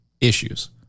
issues